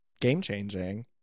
game-changing